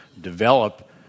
develop